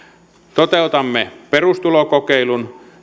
toteutamme perustulokokeilun